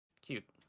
cute